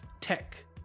tech